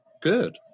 good